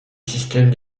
système